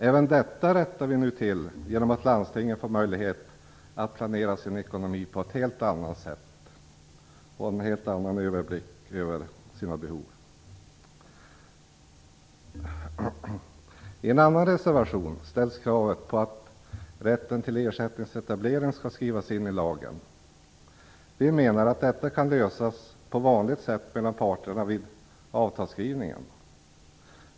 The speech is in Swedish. Även detta rättar vi nu till genom att landstingen får möjlighet att planera sin ekonomi på ett helt annat sätt och får en helt annan överblick över sina behov. I en annan reservation ställs kravet på att rätten till ersättningsetablering skall skrivas in i lagen. Vi menar att detta kan lösas på vanligt sätt mellan parterna vid avtalsskrivningen.